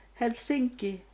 Helsinki